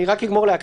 אסיים רק להקריא.